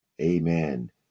Amen